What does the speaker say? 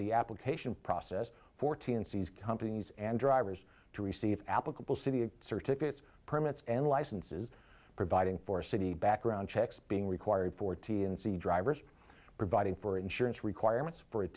the application process fourteen cs companies and drivers to receive applicable city of certificates permits and licenses providing for city background checks being required for t n c drivers providing for insurance requirements for